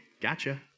gotcha